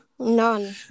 None